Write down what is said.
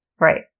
Right